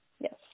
Yes